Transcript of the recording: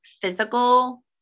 physical